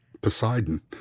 Poseidon